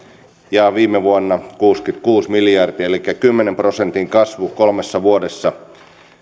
ja viime vuonna kuusikymmentäkuusi miljardia elikkä kymmenen prosentin kasvu kolmessa vuodessa